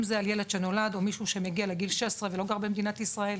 אם זה על ילד שנולד או מישהו שמגיע לגיל 16 ולא גר במדינת ישראל,